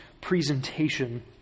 presentation